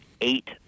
eight